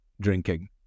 drinking